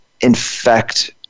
infect